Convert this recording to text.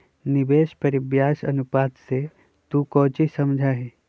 निवेश परिव्यास अनुपात से तू कौची समझा हीं?